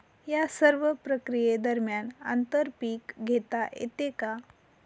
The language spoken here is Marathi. या सर्व प्रक्रिये दरम्यान आंतर पीक घेता येते का?